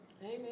Amen